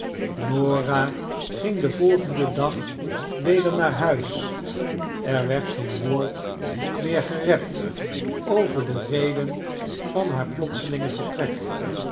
norah ging den volgenden dag weder naar huis er werd geen woord meer gerept over de reden van haar plotselinge vertrek